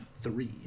three